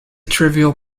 trivial